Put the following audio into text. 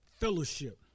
fellowship